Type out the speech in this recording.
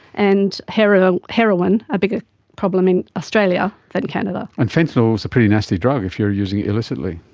and heroin heroin a bigger problem in australia than canada. and fentanyl is a pretty nasty drug if you are using it illicitly.